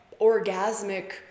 orgasmic